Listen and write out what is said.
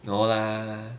no lah